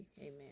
Amen